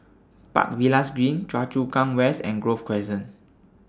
Park Villas Green Choa Chu Kang West and Grove Crescent